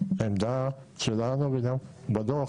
העמדה שלנו ואם אני לא טועה גם בדוח,